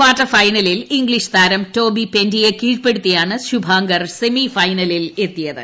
quarter ഫൈനലിൽ English താരം Toby പെന്റിയേ കീഴ്പ്പെടുത്തിയാണ് സുഭാൻകർ സെമിഫൈനലിൽ കടന്നത്